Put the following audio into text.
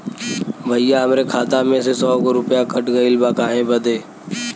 भईया हमरे खाता में से सौ गो रूपया कट गईल बा काहे बदे?